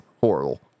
horrible